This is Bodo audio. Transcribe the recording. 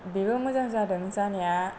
बेबो मोजां जादों जानाया